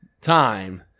time